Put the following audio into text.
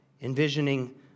envisioning